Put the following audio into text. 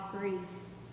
Greece